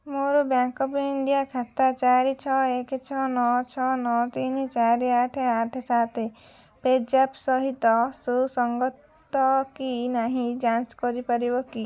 ମୋର bank of India ଖାତା ଚାରି ଛଅ ଏକ ଛଅ ନଅ ଛଅ ନଅ ତିନି ଚାରି ଆଠ ଆଠ ସାତ ପେଜ୍ଆପ୍ ସହିତ ସୁସଙ୍ଗତ କି ନାହିଁ ଯାଞ୍ଚ କରିପାରିବ କି